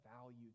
value